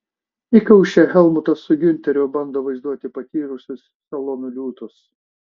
įkaušę helmutas su giunteriu bando vaizduoti patyrusius salonų liūtus